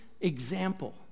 example